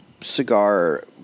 cigar